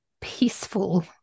peaceful